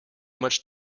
much